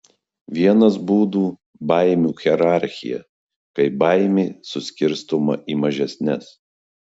vienas būdų baimių hierarchija kai baimė suskirstoma į mažesnes